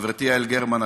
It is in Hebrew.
חברתי יעל גרמן,